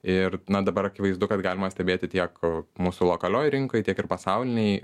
ir na dabar akivaizdu kad galima stebėti tiek mūsų lokalioje rinkoje tiek ir pasaulinėj